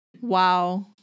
Wow